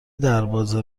دربازه